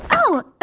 oh, ah